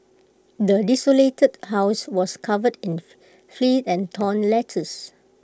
the desolated house was covered in filth and torn letters